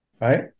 right